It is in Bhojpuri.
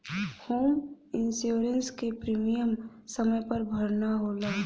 होम इंश्योरेंस क प्रीमियम समय पर भरना होला